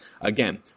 Again